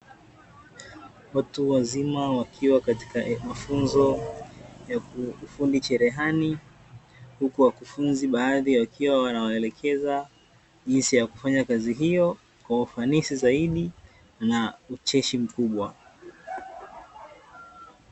Watu wazima wakiwa katika mafunzo ya ufundi cherehani, huku wakufunzi baadhi wakiwa wanawaelekeza jinsi ya kufanya kazi hiyo kwa ufanisi zaidi na ucheshi mkubwa.